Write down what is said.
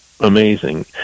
amazing